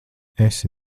esi